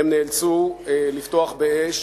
הם נאלצו לפתוח באש,